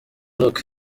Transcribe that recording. look